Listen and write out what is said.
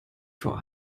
vor